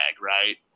right